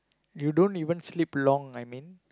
you don't even sleep long I mean